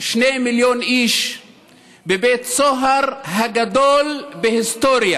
2 מיליון איש בבית הסוהר הגדול בהיסטוריה.